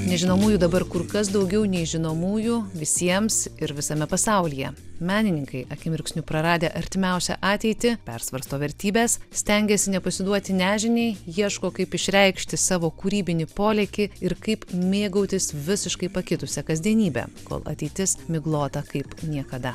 nežinomųjų dabar kur kas daugiau nei žinomųjų visiems ir visame pasaulyje menininkai akimirksniu praradę artimiausią ateitį persvarsto vertybes stengiasi nepasiduoti nežiniai ieško kaip išreikšti savo kūrybinį polėkį ir kaip mėgautis visiškai pakitusia kasdienybe kol ateitis miglota kaip niekada